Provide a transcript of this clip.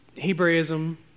Hebraism